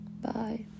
Bye